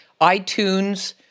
iTunes